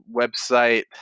website